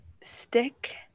stick